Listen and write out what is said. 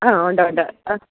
ആ ഉണ്ട് ഉണ്ട്